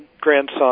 grandson